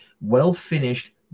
well-finished